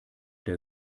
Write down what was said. der